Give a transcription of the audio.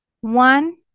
one